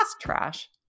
Trash